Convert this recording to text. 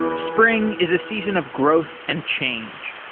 spring is a season of growth and change.